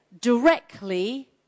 directly